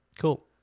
cool